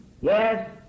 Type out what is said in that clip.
Yes